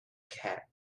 cat